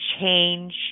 change